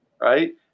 Right